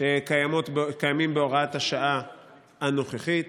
שקיימים בהוראת השעה הנוכחית.